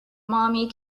mommy